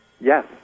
Yes